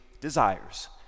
desires